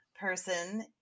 person